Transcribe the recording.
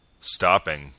stopping